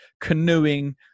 canoeing